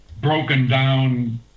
broken-down